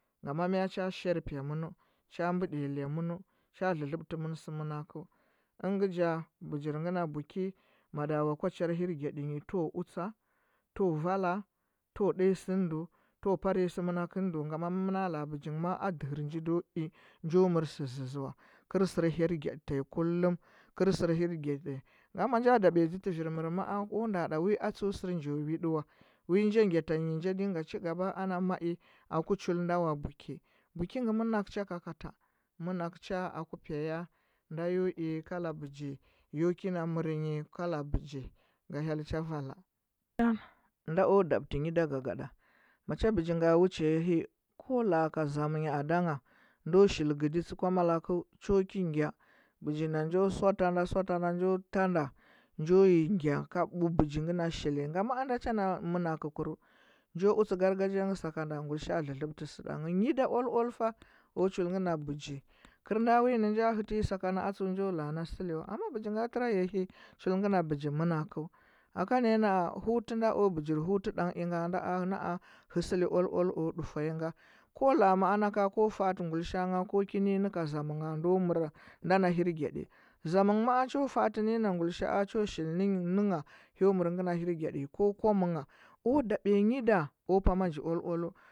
Ngama mɚɚ cha shar pya mɚno cha ɓɚdiya lɚy mɚn cho lɚlɚbtɚ mɚn sɚ mɚnakɚ ɚnga ɓɚgir ngɚ na buki madawa kwa char hyigyadi ny tɚwa utsɚ tɚ wa vala tɚwa day sɚ nɚ ndɚ tɚwa par nyi sɚ manakɚ nyama ma mɚna la. a ɓgi ngɚ ma. a a nji ndo mɚr sɚ zɚ zɚ wa kɚl nda hirgyaɗi ngama ma ja dabiya dȝe tɚ vir mɚr ma’a o nda wi tsuɚ sɚr njo widtu wa wi ja gya la nyi ja ɗnga ci gaba aku chul nda wa buki buki ngɚ monakɚu cha kakata manakɚu cha aku pya ya nda yo i kala bogi yo ki na mɚr nyi kala bɚgi ga hyel cha vala un nda o dabɚtɚ nyi da gagada ma cha begi ga wucha ya hɚ hya la. a ka zainya ada ngha ndo shili gɚdelsɚ kamalakɚu cho ki gya begi nda suatana njo tana njo nyi gyi ka ɓu begi ngɚ na shili nga ma ada cha na mana kɚu kar njo utse gargajiya ngbɚ saka nda guilisha’a lɚlɚbtɚ sɚ ɗanghɚ nyi da oal oalu fa ku ngɚ a bɚgi kɚl nda wi nɚ ja lɚtɚ nyi sakana a tsuɚ njo la. a na sɚli wa amma bɚgi nga tara ya hɚ chul ngɚ na bɚgi monakɚu aka na ya na. a hutu nda o bɚgir hutu higa nda a na, a hɚ sɚli oal oal o dufɚu ya ngɚ ko la. a naka ko fa’atɚ guilishara ngha kɚki nɚ nyi kii zamngha nda mɚr ndo na hirgyaɗi zammɚngh maa cho fa’atɚ nɚ nyi na gullishara cho shili nɚ nyi nɚ ngha hyo mɚr ngɚ na hirgyaɗi ko kwam ngha kwo dabɚya nyi da o pama nji oal oalu.